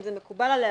אם זה מקובל עליה,